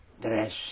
dress